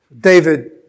David